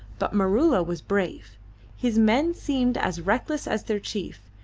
but maroola was brave his men seemed as reckless as their chief,